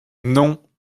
non